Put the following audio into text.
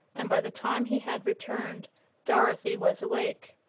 and by the time he had returned dorothy was awake.